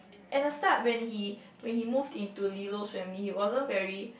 and the start when he when he move into Lilo's family he wasn't very